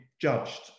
judged